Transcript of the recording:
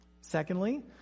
Secondly